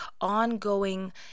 ongoing